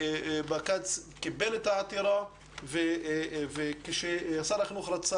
בג"ץ קיבל את העתירה וכששר החינוך רצה